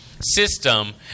system